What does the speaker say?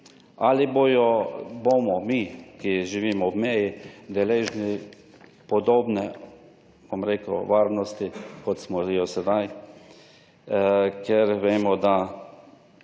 bomo mi, ki živimo ob meji, deležni podobne varnosti, kot smo jo sedaj, ker vemo, da